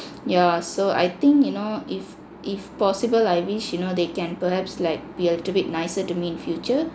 yeah so I think you know if if possible I wish you know they can perhaps like be a little bit nicer to me in the future